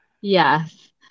Yes